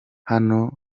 hano